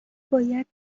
باید